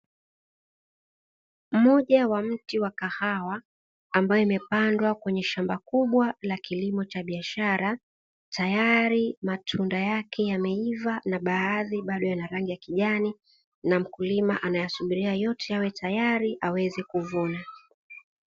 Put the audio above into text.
Mmoja wa mti wa kahawa ambao imepandwa kwenye shamba kubwa la kilimo cha biashara, tayari matunda yake yameiva na baadhi bado yana rangi ya kijani na mkulima anayasubiria yote yawe tayari aweze kuvuna.